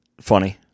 Funny